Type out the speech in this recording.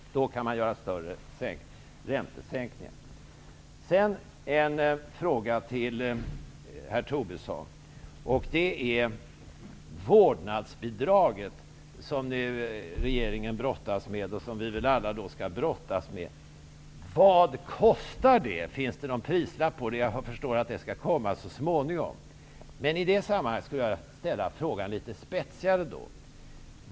På så sätt kan man få en kraftigare räntesänkning. Sedan vill jag rikta en fråga till herr Tobisson om vårdnadsbidraget, som nu regeringen brottas med och som vi väl alla skall brottas med. Vad kostar det? Finns det någon prislapp på detta? Jag förstår att kostnaden skall presenteras så småningom. I detta sammanhang skulle jag vilja ställa frågan litet spetsigare.